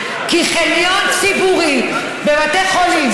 כי חניון ציבורי בבתי חולים,